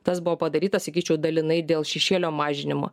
tas buvo padaryta sakyčiau dalinai dėl šešėlio mažinimo